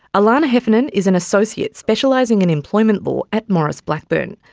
alana heffernan is an associate specialising in employment law at maurice blackburn.